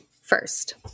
first